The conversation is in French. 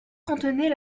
contenait